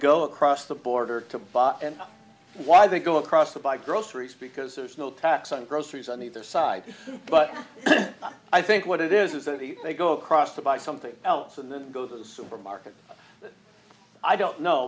go across the border to buy and why they go across to buy groceries because there's no tax on groceries on either side but i think what it is is that they go across to buy something else and then go to the supermarket i don't know